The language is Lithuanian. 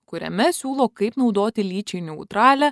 kuriame siūlo kaip naudoti lyčiai neutralią